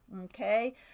okay